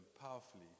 powerfully